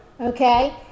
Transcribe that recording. Okay